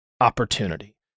opportunity